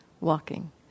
walking